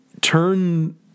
turn